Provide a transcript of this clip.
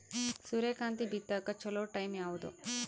ಸೂರ್ಯಕಾಂತಿ ಬಿತ್ತಕ ಚೋಲೊ ಟೈಂ ಯಾವುದು?